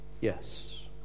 Yes